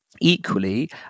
Equally